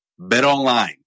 BetOnline